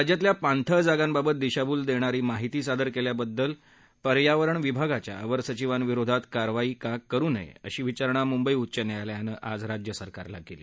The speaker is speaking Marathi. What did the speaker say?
राज्यातल्या पाणथळ जागांबाबत दिशाभूल करणारी माहिती सादर केल्याबाबत पर्यावरण विभागाच्या अवर सचिवांविरोधात कारवाई का करु नये अशी विचारणा मुंबई उच्च न्यायालयानं आज राज्य सरकारला केली